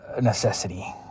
necessity